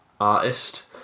artist